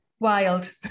wild